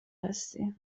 هستی